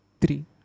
three